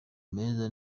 meza